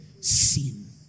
sin